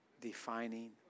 Defining